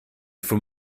from